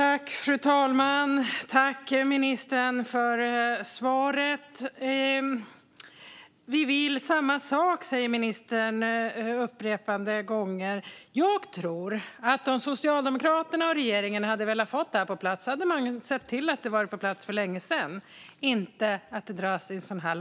Fru talman! Tack, ministern, för svaret! Vi vill samma sak, säger ministern upprepade gånger. Jag tror att om Socialdemokraterna och regeringen verkligen hade velat hade man sett till att detta var på plats för länge sedan och inte låtit det dras i långbänk.